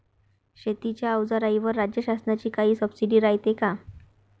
शेतीच्या अवजाराईवर राज्य शासनाची काई सबसीडी रायते का?